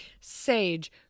Sage